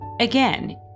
again